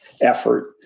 effort